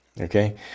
okay